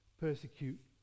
persecute